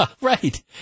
right